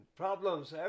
problems